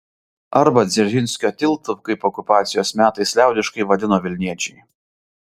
arba dzeržinskio tiltu kaip okupacijos metais liaudiškai vadino vilniečiai